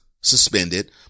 suspended